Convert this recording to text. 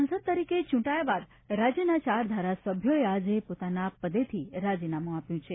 સાંસદ તરીકે ચ્રંટાયા બાદ રાજ્યના ચાર ધારાસભ્યોએ આજે પોતાના પદેથી રાજીનામું આપ્યું છે